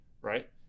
right